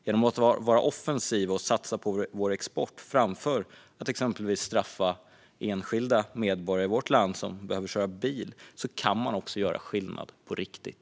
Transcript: Genom att vara offensiva och satsa på vår export framför att exempelvis straffa enskilda medborgare i vårt land som behöver köra bil kan vi göra skillnad på riktigt.